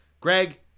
Greg